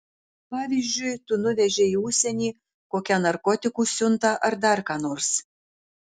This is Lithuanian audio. pavyzdžiui tu nuvežei į užsienį kokią narkotikų siuntą ar dar ką nors